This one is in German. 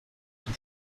zum